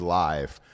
live